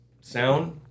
sound